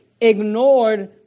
ignored